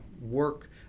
work